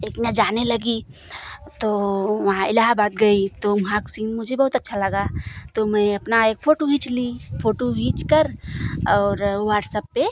एक ना जाने लगी तो वहाँ इलाहाबाद गई तो वहाँ का सिंह मुझे बहुत अच्छा लगा तो मैं अपना एक फोटू खींच ली फोटू खींचकर और व्हाट्सअप में